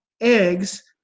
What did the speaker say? eggs